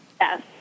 Yes